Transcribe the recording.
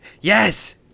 Yes